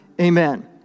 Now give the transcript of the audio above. Amen